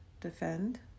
defend